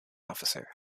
officer